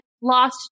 lost